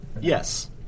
Yes